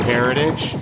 Heritage